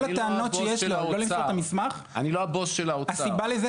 הטענות שיש לו לא למסור את המסמך --- אני לא הבוס של האוצר.